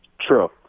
True